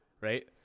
right